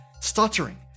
stuttering